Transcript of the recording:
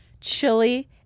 chili